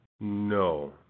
No